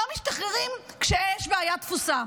לא משתחררים כשיש בעיית תפוסה.